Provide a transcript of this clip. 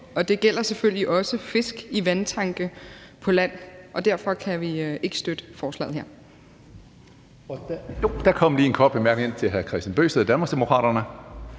Det gælder selvfølgelig også fisk i vandtanke på land, og derfor kan vi ikke støtte forslaget her.